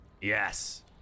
Yes